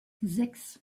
sechs